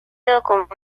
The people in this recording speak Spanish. documento